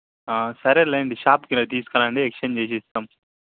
సరేలెండి షాప్కి తీసుకురాండి ఎక్స్చేంజ్ చేసి ఇస్తాం